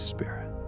Spirit